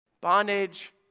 Bondage